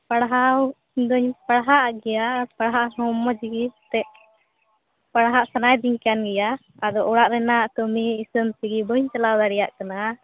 ᱯᱟᱲᱦᱟᱣ ᱫᱚᱧ ᱯᱟᱲᱦᱟᱜ ᱜᱮᱭᱟ ᱯᱟᱲᱦᱟᱜ ᱦᱚᱸ ᱢᱚᱡᱽ ᱜᱮ ᱛᱮᱜ ᱯᱟᱲᱦᱟᱜ ᱥᱟᱱᱟᱭᱮᱫᱤᱧ ᱠᱟᱱ ᱜᱮᱭᱟ ᱟᱫᱚ ᱚᱲᱟᱜ ᱨᱮᱱᱟᱜ ᱠᱟᱹᱢᱤ ᱤᱠᱟᱹᱱ ᱛᱮᱜᱮ ᱵᱟᱹᱧ ᱪᱟᱞᱟᱣ ᱫᱟᱲᱮᱭᱟᱜ ᱠᱟᱱᱟ